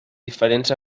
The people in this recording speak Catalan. diferents